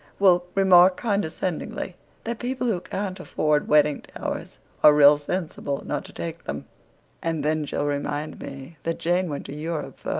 will remark condescendingly that people who can't afford wedding towers are real sensible not to take them and then she'll remind me that jane went to europe